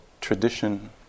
tradition